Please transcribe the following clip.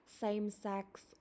same-sex